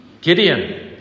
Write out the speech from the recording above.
Gideon